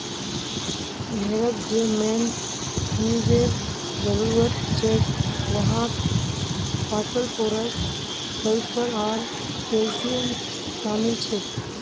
भेड़क जे मेन खनिजेर जरूरत हछेक वहात फास्फोरस सल्फर आर कैल्शियम शामिल छेक